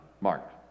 Mark